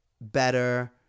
better